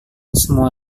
semua